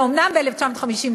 ואומנם זה קרה ב-1956,